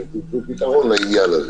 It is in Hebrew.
בצורה דיפרנציאלית